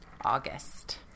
August